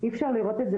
אי אפשר לראות את זה